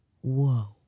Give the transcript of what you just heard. whoa